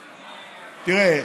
תראה,